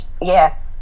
Yes